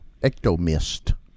ectomist